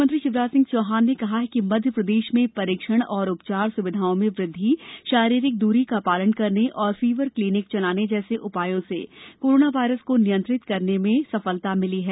मुख्यमंत्री शिवराज सिंह चौहान ने कहा कि मध्य प्रदेश में परीक्षण और उपचार सुविधाओं में वृद्धि शारीरिक दूरी का पालन करने और फीवर क्लीनिक चलाने जैसे उपायों से कोरोना वायरस को नियंत्रित करने में सफल रहा है